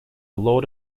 lord